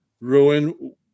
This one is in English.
ruin